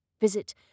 Visit